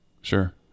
sure